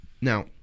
Now